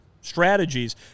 strategies